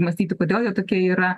mąstyti kodėl jie tokie yra